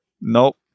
nope